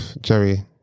Jerry